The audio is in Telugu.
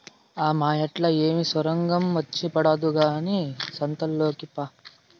ఆ మాయేట్లా ఏమి సొరంగం వచ్చి పడదు కానీ సంతలోకి పా